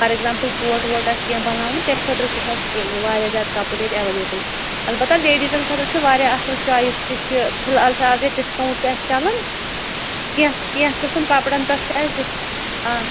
for example coat ووٹ آسہِ کینٛہہ بَناوُن تمہِ خٲطرٕ تہِ چھِ اَسہِ واریاہ زیادٕ کَپُر ییٚتہِ ایویلیبٕل البتہ لیڈیٖزَن خٲطرٕ چھِ واریاہ اَصٕل چویِس تہِ چھِ فَلحال چھِ اَز ییٚتہِ ڈِسکاوُنٛٹ تہِ اَسہِ چَلان کینٛہہ کینٛہہ قٕسٕم کَپرنن پٮ۪ٹھ چھِ اَسہِ ڈِسکا